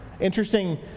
Interesting